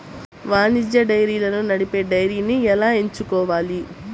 వాణిజ్య డైరీలను నడిపే డైరీని ఎలా ఎంచుకోవాలి?